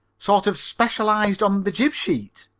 sort of specialized on the jib-sheet?